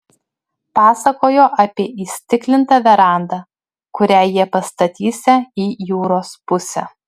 pasakojo apie įstiklintą verandą kurią jie pastatysią į jūros pusę